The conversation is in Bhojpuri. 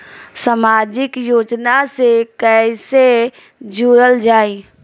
समाजिक योजना से कैसे जुड़ल जाइ?